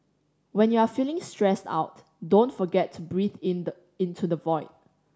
when you are feeling stressed out don't forget to breathe in the into the void